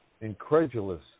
incredulous